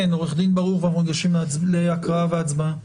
כן, עורך הדין ברוך, ואז ניגש להקראה והצבעה.